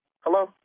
Hello